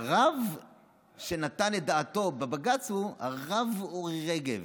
הרב שנתן את דעתו בבג"ץ הוא הרב אורי רגב.